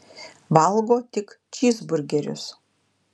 valgo tik čyzburgerius